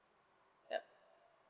yup